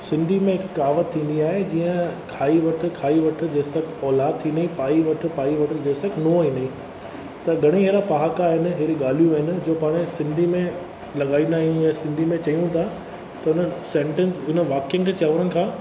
सिंधी में हिकु कहावत थींदी आहे जीअं खाई वठु खाई वठु जेसि ताईं औलद थींदई पाई वठ पाई वठ जेस ताईं नूंअं ईंदई त घणई हेड़ा पहाका आहिनि हेड़ियूं ॻालियूं आहिन जो पाण सिंधी में लॻाईंदा आयूं ऐं सिंधी में चयूं ता त उन सेन्टेन्स हुन वाक्यन खे चवण खां